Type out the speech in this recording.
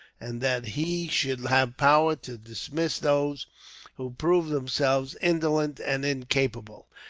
and that he should have power to dismiss those who proved themselves indolent and incapable,